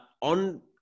on